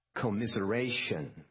commiseration